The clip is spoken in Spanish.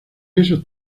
esos